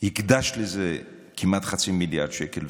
הקדשת לזה כמעט חצי מיליארד שקל.